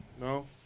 no